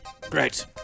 Great